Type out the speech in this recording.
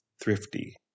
Thrifty